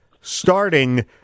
starting